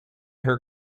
her